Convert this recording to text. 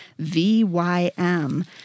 VYM